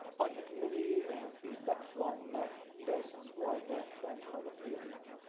particularly feedback from persons who are deaf and hard of hearing.